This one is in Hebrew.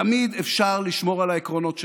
תמיד אפשר לשמור על העקרונות שלך,